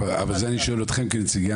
לכן אני שואל אתכם, נציגי